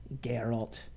Geralt